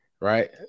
right